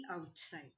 outside